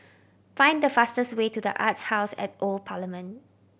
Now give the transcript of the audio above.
find the fastest way to The Arts House at the Old Parliament